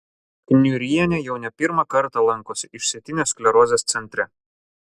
kniurienė jau ne pirmą kartą lankosi išsėtinės sklerozės centre